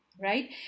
Right